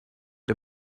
der